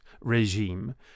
regime